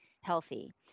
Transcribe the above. healthy